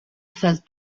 felt